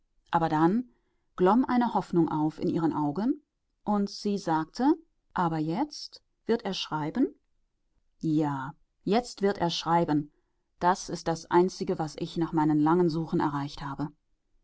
aber dann glomm eine hoffnung auf in ihren augen und sie sagte aber jetzt wird er schreiben ja jetzt wird er schreiben das ist das einzige was ich nach meinem langen suchen erreicht habe